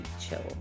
chill